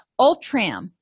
Ultram